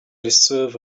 deserve